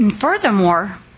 furthermore